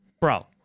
Bro